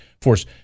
force